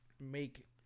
make